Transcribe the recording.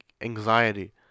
anxiety